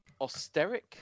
austeric